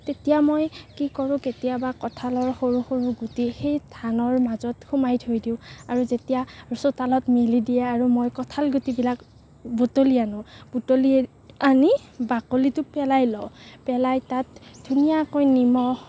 তেতিয়া মই কি কৰো কেতিয়াবা কঁঠালৰ সৰু সৰু গুটি সেই ধানৰ মাজত সুমাই থৈ দিওঁ আৰু যেতিয়া চোতালত মেলি দিয়ে আৰু মই কঁঠাল গুটিবিলাক বুটলি আনো বুটলি আনি বাকলিটো পেলাই লওঁ পেলাই তাত ধুনীয়াকৈ নিমখ